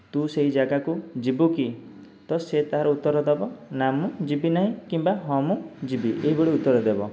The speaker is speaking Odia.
ତୁ ସେହି ଜାଗାକୁ ଯିବୁକି ତା ସେ ତାର ଉତ୍ତର ଦେବ ନା ମୁଁ ଯିବି ନାହିଁ କିମ୍ବା ହଁ ମୁଁ ଯିବି ଏହିଭଳି ଉତ୍ତର ଦେବ